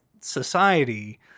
society